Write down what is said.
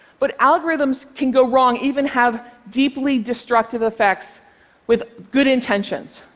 but algorithms can go wrong, even have deeply destructive effects with good intentions.